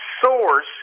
source